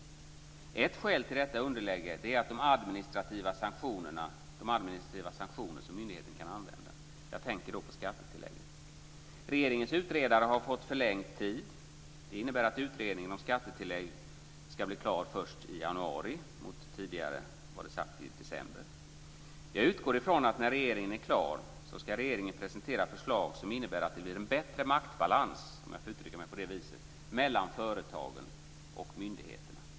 Ett skäl till detta underläge är de administrativa sanktioner som myndigheten kan använda. Jag tänker på skattetillägget. Regeringens utredare har fått förlängd tid. Det innebär att utredningen om skattetilläggen ska bli klar först i februari - tidigare var det sagt i december. Jag utgår från att regeringen, när utredningen är klar, ska presentera förslag som innebär att det blir en bättre maktbalans, om jag får uttrycka mig på det viset, mellan företagen och myndigheterna.